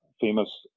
famous